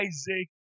Isaac